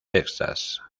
texas